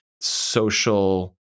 social